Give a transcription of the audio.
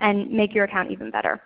and make your account even better.